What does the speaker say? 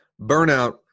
Burnout